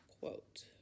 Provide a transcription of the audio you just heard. quote